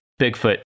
Bigfoot